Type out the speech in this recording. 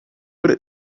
would